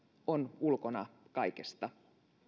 on ulkona kaikesta